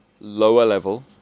lower-level